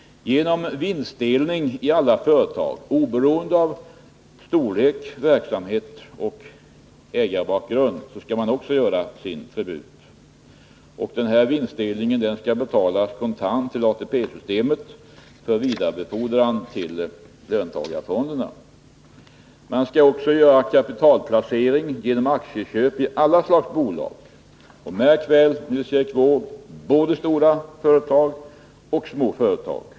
Genom vinstdelning skall alla företag, oberoende av storlek, verksamhet och ägarbakgrund, också lämna sin tribut. Denna vinstdelning skall betalas kontant till ATP-systemet för vidarebefordran till löntagarfonderna. Man skall också placera kapital genom aktieköp i alla slags bolag — både stora företag och små, Nils Erik Wååg.